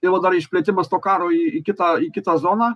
ir va dar išplėtimas to karo į į kitą į kitą zoną